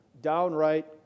downright